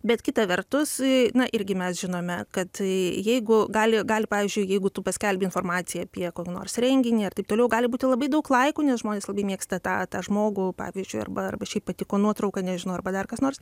bet kita vertus na irgi mes žinome kad jeigu gali gali pavyzdžiui jeigu tu paskelbi informaciją apie kokį nors renginį ar taip toliau gali būti labai daug laikų nes žmonės labai mėgsta tą žmogų pavyzdžiui arba arba šiaip patiko nuotrauka nežinau arba dar kas nors